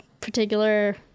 particular